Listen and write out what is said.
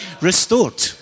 restored